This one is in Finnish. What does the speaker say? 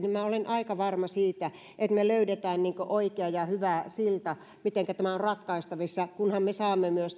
minä olen aika varma siitä että me löydämme oikean ja hyvän sillan mitenkä tämä on ratkaistavissa kunhan me saamme myös